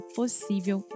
possível